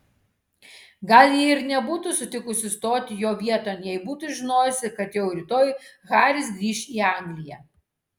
gal ji ir nebūtų sutikusi stoti jo vieton jei būtų žinojusi kad jau rytoj haris grįš į angliją